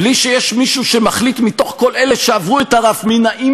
בלי שיש מישהו שמחליט מתוך כל אלה שעברו את הרף מי נאים